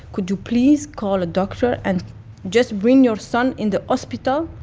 could you please call a doctor and just bring your son in the hospital?